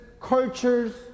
cultures